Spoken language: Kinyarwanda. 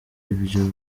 ibyo